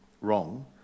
wrong